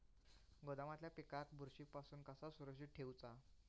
गोदामातल्या पिकाक बुरशी पासून कसा सुरक्षित ठेऊचा?